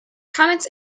comments